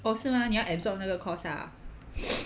哦是吗你要 absorb 那个 cost ah